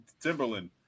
Timberland